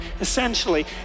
essentially